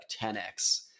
10x